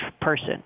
person